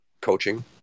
coaching